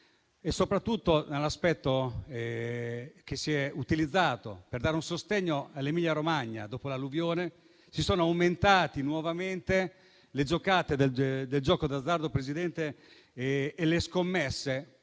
in relazione all'aspetto che si è utilizzato: per dare un sostegno all'Emilia-Romagna dopo l'alluvione, sono aumentate nuovamente le giocate del gioco d'azzardo e le scommesse